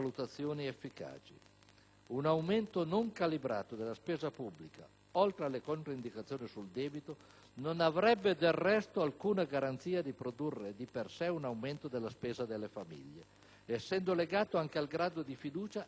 Un aumento non calibrato della spesa pubblica, oltre alle controindicazioni sul debito, non avrebbe del resto avuto alcuna garanzia di produrre di per sé un aumento della spesa delle famiglie, essendo legato anche al grado di fiducia esposto dai cittadini.